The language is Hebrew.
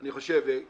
אני חושב,